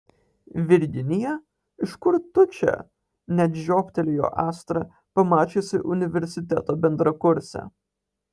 virginija iš kur tu čia net žioptelėjo astra pamačiusi universiteto bendrakursę